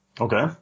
Okay